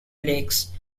lakes